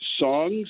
songs